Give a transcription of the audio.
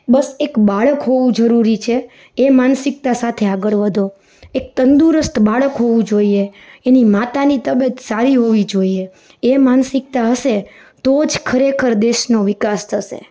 બસ એક બાળક હોવું જરૂરી છે એ માનસિકતા સાથે આગળ વધો એક તંદુરસ્ત બાળક હોવું જોઈએ એની માતાની તબિયત સારી હોવી જોઈએ એ માનસિકતા હશે તોજ ખરેખર દેશનો વિકાસ થશે